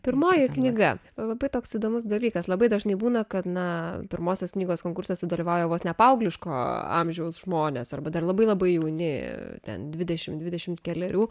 pirmoji knyga labai toks įdomus dalykas labai dažnai būna kad na pirmosios knygos konkursas sudalyvauja vos ne paaugliško amžiaus žmonės arba dar labai labai jauni ten dvidešim dvidešim kelerių